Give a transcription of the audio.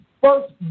first